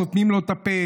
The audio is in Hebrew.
אז סותמים לו את הפה.